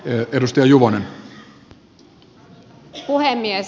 arvoisa herra puhemies